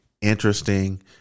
Interesting